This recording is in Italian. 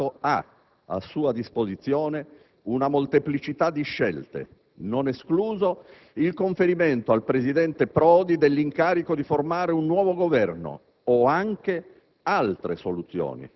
Il Capo dello Stato ha a sua disposizione una molteplicità di scelte, non escluso il conferimento al presidente Prodi dell'incarico di formare un nuovo Governo o anche